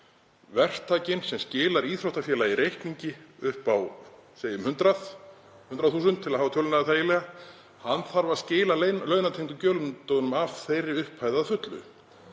Verktakinn sem skilar íþróttafélagi reikningi upp á segjum 100.000, til að hafa töluna þægilega, þarf að skila launatengdu gjöldunum af þeirri upphæð að fullu.